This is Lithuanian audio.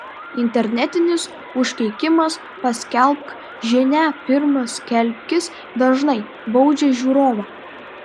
internetinis užkeikimas paskelbk žinią pirmas skelbkis dažnai baudžia žiūrovą